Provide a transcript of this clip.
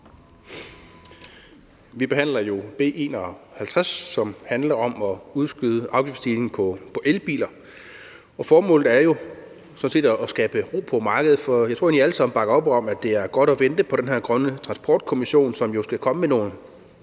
Vi behandler jo B 51, som handler om at udskyde afgiftsstigningen på elbiler, og formålet er sådan set at skabe ro på markedet. For jeg tror egentlig, vi alle sammen bakker op om, at det er godt at vente på den grønne transportkommission, som jo skal komme med nogle